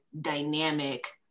dynamic